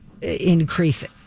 increases